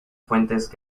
fuentes